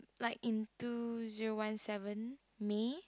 like in two zero one seven May